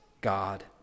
God